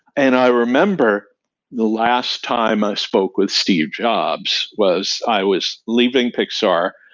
and i remember the last time i spoke with steve jobs was i was leaving pixar.